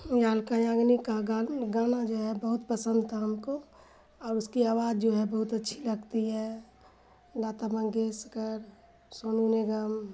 یالکا یاگنی کا گانا جو ہے بہت پسند تھا ہم کو اور اس کی آواز جو ہے بہت اچھی لگتی ہے لتا منگیشکر سونو نگم